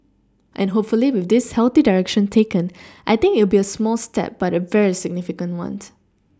and hopefully with this healthy direction taken I think it'll be a small step but a very significant one